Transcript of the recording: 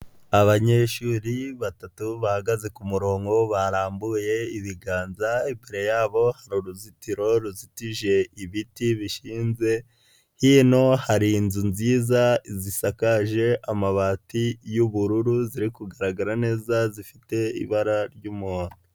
Abanyeshuri batatu bahagaze ku murongo, barambuye ibiganza, imbere yabo uruzitiro ruzitije ibiti bishyize, hino hari inzu nziza zisakaje amabati y'ubururu, ziri kugaragara neza zifite ibara ry'umuhondo.